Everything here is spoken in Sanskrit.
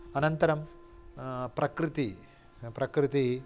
अनन्तरं प्रकृतिः प्रकृतिः